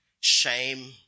shame